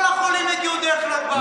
כל החולים הגיעו דרך נתב"ג.